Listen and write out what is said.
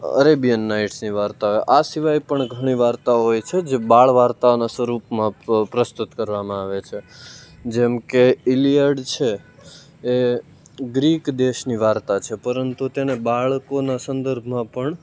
Arabian નાઇટ્સની વાર્તા હોય આ સિવાય પણ ઘણી વાર્તાઓ હોય છે જે બાળ વાર્તાના સ્વરૂપમાં પ્રસ્તુત કરવામાં આવે છે જેમકે ઇલિયડ છે એ ગ્રીક દેશની વાર્તા છે પરંતુ તેને બાળકોના સંદર્ભમાં પણ